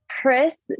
Chris